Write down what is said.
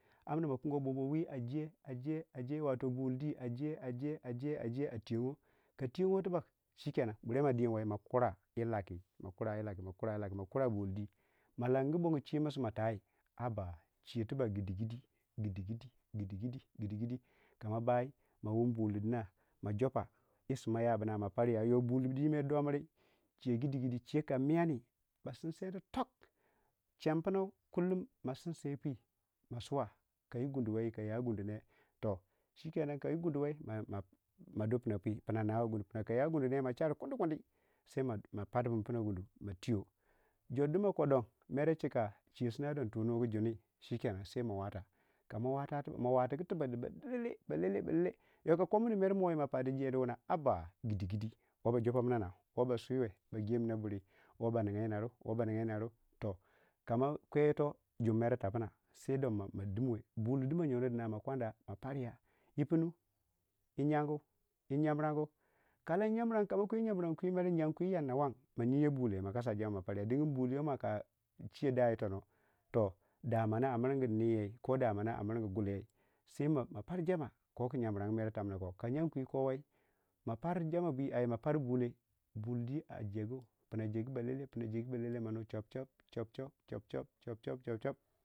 Amna kingiwei bobowei a je aje shikenan wato buldei aje ajee aje ajee a tweyawo ka tweyogoyi tibak sheikanan burrei ma din wei mo kura yii lakki ma kura yii lakki ma kura yii lakki ma kura yii lakki ma kura yii lakki ma kura buldi ma langu bongo chiyemei simatai chiyei tibak gidi, gidi gidi gidi kama bai ma wun buldina ma jopa yi simayabana ma parya yo buldi mere damiri chuyei gidi gidi ka miyani ba sinsaini tok chempinau masuwa kullum ma sinsaipu ma suwa kai gundu wei ka ya gundu ne toh shikenan kei gundu wei ma dupina pye fina nawai gundu pimnai koya gundune ma shari kundi kundi sai ma parman pina gundu ma tweyo jordu ma kodan mera shikka chiyei sina don toh nugu junu, shikenan sai mawata kamawatai mawatugu tibak ma bagu balelei balele balele yo ka komini mero mou mofardu jedi wuna abara gidi gidi wo ba jopa manna nau woba siwei ba geminu buri wo ba nayga yina ru wo ba nauyga yina ru toh ka ma kwe yito junmere tapinna sai don ma dimwei bulidima yona dina mo kwanda mo tarya yi pinnui yi yangu yi yan barrangu ka lam yan barangu kwi ma yiya bule ma kasa jama ma parya dinin bule yikama ka chiyo dyei tona Damani a mirgu niya ko domani mirgu gulyei sai ma pur jamma koku jambrangu mere tamna ko ka yingu ki kowai ma far bulei buldi a jegu, pina a jegu balele pina jegu balde ma nuwei chap chop chop chop chop chop chop chop chop chop.